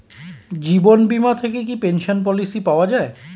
জীবন বীমা থেকে কি পেনশন পলিসি পাওয়া যায়?